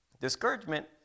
Discouragement